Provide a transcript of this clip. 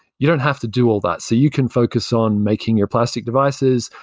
you don't have to do all that, so you can focus on making your plastic devices,